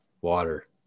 water